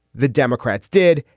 the democrats did.